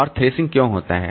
और थ्रेशिंग क्यों होता है